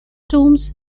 tombs